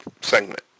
segment